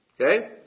Okay